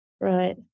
Right